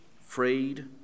freed